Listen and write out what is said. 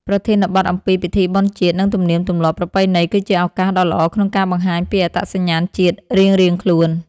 ប្រធានបទអំពីពិធីបុណ្យជាតិ និងទំនៀមទម្លាប់ប្រពៃណី គឺជាឱកាសដ៏ល្អក្នុងការបង្ហាញពីអត្តសញ្ញាណជាតិរៀងៗខ្លួន។